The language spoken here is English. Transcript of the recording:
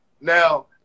Now